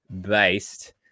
based